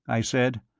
i said,